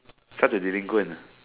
suddenly you go and